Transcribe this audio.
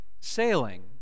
sailing